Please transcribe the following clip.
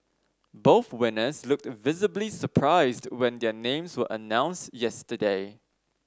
both winners looked visibly surprised when their names were announced yesterday